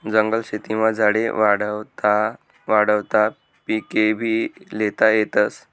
जंगल शेतीमा झाडे वाढावता वाढावता पिकेभी ल्हेता येतस